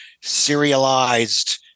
serialized